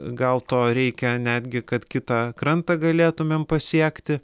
gal to reikia netgi kad kitą krantą galėtumėm pasiekti